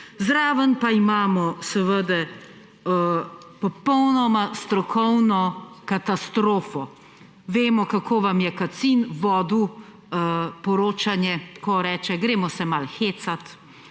Zraven pa imamo seveda popolnoma strokovno katastrofo. Vemo, kako vam je Kacin vodil poročanje, ko reče: »Gremo se malo hecat,«